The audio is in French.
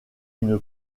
une